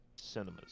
cinemas